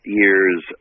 years